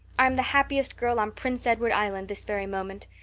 i'm the happiest girl on prince edward island this very moment.